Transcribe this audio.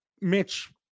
Mitch